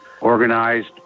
organized